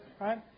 Right